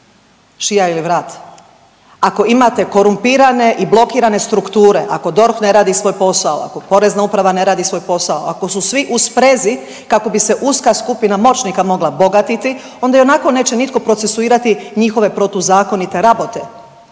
Šija ili vrat. Ako imate korumpirane i blokirane strukture, ako DORH ne radi svoj posao, ako Porezna uprava na redi svoj posao, ako su svi u sprezi kako bi se uska skupina moćnika mogla bogatiti onda ionako neće nitko procesuirati njihove protuzakonite rabote.